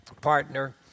partner